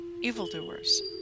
evildoers